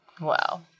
Wow